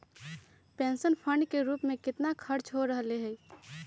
Pension fund के रूप में कितना खर्च हो रहले है?